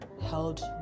held